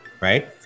right